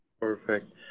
Perfect